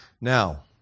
Now